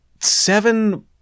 seven